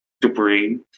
debris